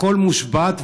הכול מושבת.